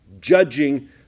judging